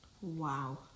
Wow